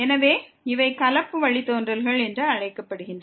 எனவே இவை கலப்பு வழித்தோன்றல்கள் என்று அழைக்கப்படுகின்றன